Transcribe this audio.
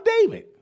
David